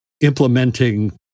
implementing